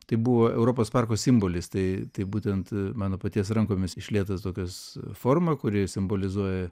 tai buvo europos parko simbolis tai būtent mano paties rankomis išlietas tokios forma kuri simbolizuoja